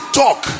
talk